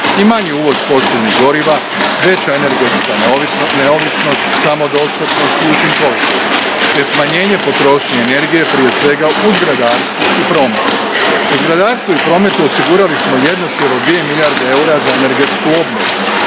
i manji uvoz fosilnih goriva, veća energetska neovisnost, samodostatnost i učinkovitost te smanjenje potrošnje energije, prije svega u zgradarstvu i prometu. U zgradarstvu i prometu osigurali smo 1,2 milijarde eura za energetsku obnovu